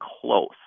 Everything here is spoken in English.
close